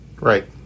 right